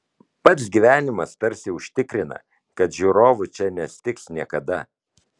pats gyvenimas tarsi užtikrina kad žiūrovų čia nestigs niekada